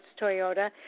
Toyota